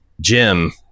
Jim